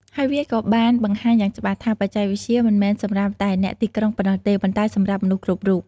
ហើយវាក៏បានបង្ហាញយ៉ាងច្បាស់ថា បច្ចេកវិទ្យាមិនមែនសម្រាប់តែអ្នកទីក្រុងប៉ុណ្ណោះទេ ប៉ុន្តែសម្រាប់មនុស្សគ្រប់រូប។